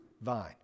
vine